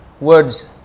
words